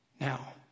Now